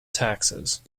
taxes